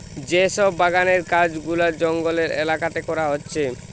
যে সব বাগানের কাজ গুলা জঙ্গলের এলাকাতে করা হচ্ছে